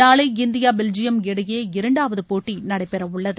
நாளை India Belgium இடையே இரண்டாவது போட்டி நடைபெறவுள்ளது